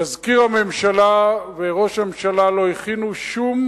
מזכיר הממשלה וראש הממשלה לא הכינו שום